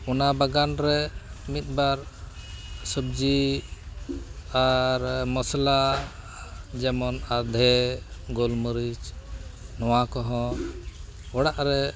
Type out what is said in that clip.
ᱚᱱᱟ ᱵᱟᱜᱟᱱ ᱨᱮ ᱢᱤᱫᱼᱵᱟᱨ ᱥᱚᱵᱡᱤ ᱟᱨ ᱢᱚᱥᱞᱟ ᱡᱮᱢᱚᱱ ᱟᱫᱷᱮ ᱜᱳᱞᱢᱟᱹᱨᱤᱪ ᱱᱚᱣᱟᱠᱚ ᱦᱚᱸ ᱚᱲᱟᱜ ᱨᱮ